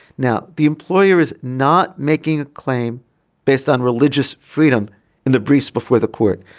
now the employer is not making a claim based on religious freedom in the briefs before the court.